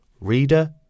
Reader